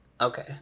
Okay